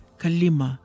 kalima